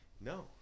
No